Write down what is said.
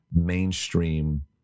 mainstream